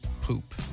poop